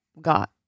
got